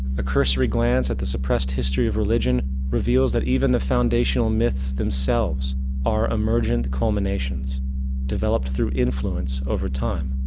a cursory glance at the suppressed history of religion reveals that even the foundational myths themselves are emergent culminations developed through influence over time.